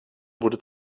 wurde